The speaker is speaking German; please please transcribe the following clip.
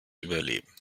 überleben